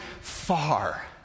far